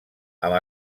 amb